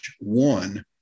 one